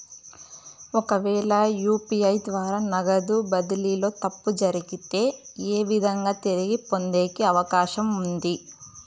ఒకవేల యు.పి.ఐ ద్వారా నగదు బదిలీలో తప్పు జరిగితే, ఏ విధంగా తిరిగి పొందేకి అవకాశం ఉంది?